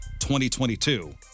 2022